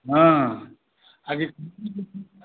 हँ आ कि